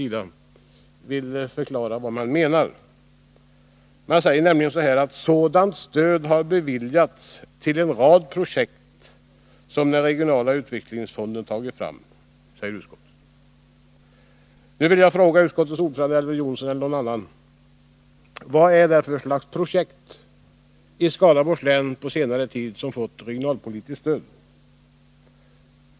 Sedan säger utskottet något som jag gärna vill ha en förklaring till: ”Sådant stöd har också beviljats till en del projekt som den regionala utvecklingsfonden tagit fram.” Nu vill jag fråga utskottets ordförande Elver Jonsson eller någon annan i utskottet: Vad är det för slags projekt som fått regionalpolitiskt stöd i Skaraborgs län under senare tid?